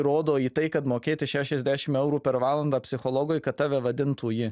rodo į tai kad mokėti šešiasdešim eurų per valandą psichologui kad tave vadintų ji